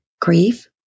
grief